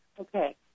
okay